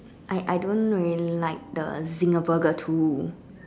I I don't really like the Zinger Burger too